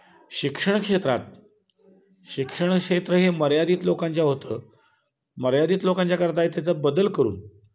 शिक्षण क्षेत्रात शिक्षण क्षेत्र हे मर्यादित लोकांच्या होतं मर्यादित लोकांच्या करता आहे त्याचं बदल करून